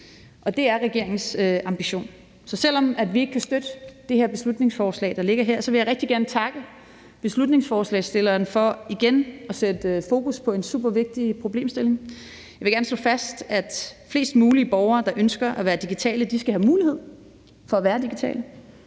og det er regeringens ambition. Så selv om vi ikke kan støtte det beslutningsforslag, der ligger her, så vil jeg rigtig gerne takke beslutningsforslagsstilleren for igen at sætte fokus på en supervigtig problemstilling. Jeg vil gerne slå fast, at flest mulige borgere, der ønsker at være digitale, skal have mulighed for at være digitale.